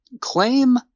Claim